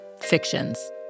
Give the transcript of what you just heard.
fictions